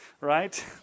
right